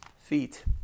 feet